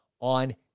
on